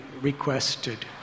requested